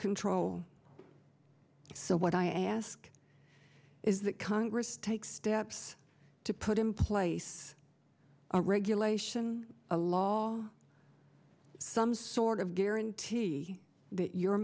control so what i ask is that congress take steps to put in place a regulation a law some sort of guarantee that your